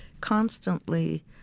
constantly